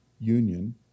union